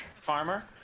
Farmer